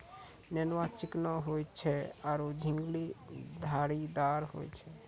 नेनुआ चिकनो होय छै आरो झिंगली धारीदार होय छै